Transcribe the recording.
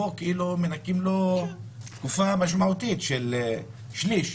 פה מנכים לו תקופה משמעותית של שליש.